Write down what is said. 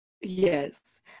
Yes